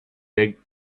der